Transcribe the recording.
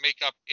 makeup